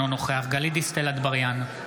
אינו נוכח גלית דיסטל אטבריאן,